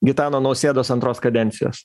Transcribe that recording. gitano nausėdos antros kadencijos